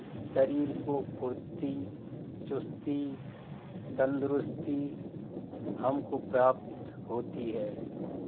शरीर को फुर्ती चुस्ती तंदुरुस्ती हमको प्राप्त होती है